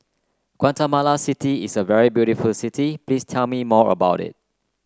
Guatemala City is a very beautiful city please tell me more about it